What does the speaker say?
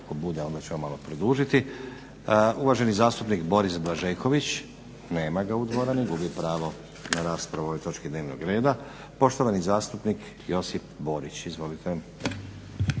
ako bude onda ćemo malo produžiti. Uvaženi zastupnik Boris Blažeković, nema ga u dvorani, gubi pravo na raspravu o ovoj točki dnevnog reda. Poštovani zastupnik Josip Borić. Izvolite.